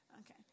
Okay